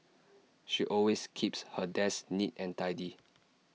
she always keeps her desk neat and tidy